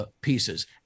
pieces